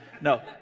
No